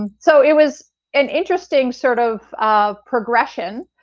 and so it was an interesting sort of of progression.